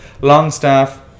Longstaff